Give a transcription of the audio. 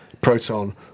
Proton